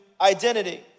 identity